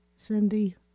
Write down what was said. cindy